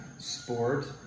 sport